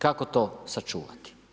Kako to sačuvati?